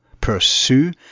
pursue